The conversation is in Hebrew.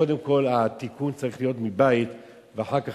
קודם כול התיקון צריך להיות מבית ואחר כך